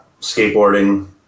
Skateboarding